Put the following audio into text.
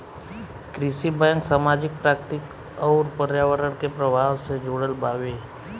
कृषि बैंक सामाजिक, प्राकृतिक अउर पर्यावरण के प्रभाव से जुड़ल बावे